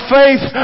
faith